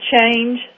change